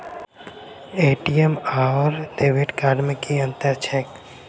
ATM आओर debit card मे की अंतर छैक?